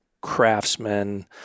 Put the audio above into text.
craftsman